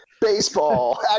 Baseball